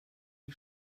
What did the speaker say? die